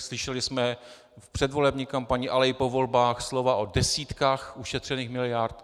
Slyšeli jsme v předvolební kampani, ale i po volbách, slova o desítkách ušetřených miliard.